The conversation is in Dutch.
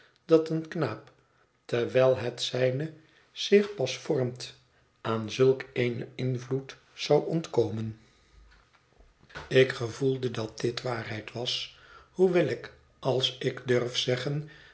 dat een knaap terwijl het zijne zich pas vormt aan zulk een invloed zou ontkomen ik gevoelde dat dit waarheid was hoewel ik als ik durf zeggen